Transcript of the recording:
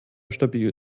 stabil